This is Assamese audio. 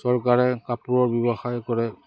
চৰকাৰে কাপোৰৰ ব্যৱসায় কৰে